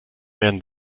werden